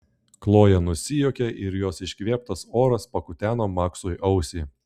kloja nusijuokė ir jos iškvėptas oras pakuteno maksui ausį